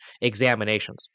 examinations